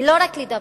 היא לא רק לדבר,